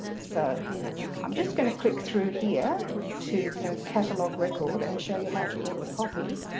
so i'm just going to click through here to the catalogue record and show you how to order a copy.